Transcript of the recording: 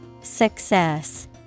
Success